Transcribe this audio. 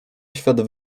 świat